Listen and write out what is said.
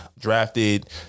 drafted